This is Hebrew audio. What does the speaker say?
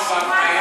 לפניו,